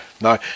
no